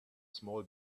small